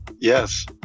Yes